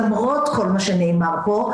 למרות כל מה שנאמר פה,